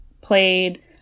played